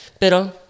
Pero